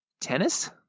tennis